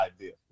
idea